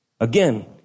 Again